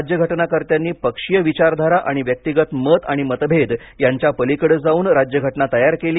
राज्य घटनाकर्त्यांनी पक्षीय विचारधारा आणि व्यक्तिगत मत आणि मतभेद यांच्या पलीकडे जाऊन राज्यघटना तयार केली